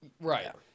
right